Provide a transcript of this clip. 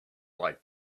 like